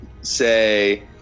say